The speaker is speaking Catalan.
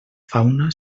fauna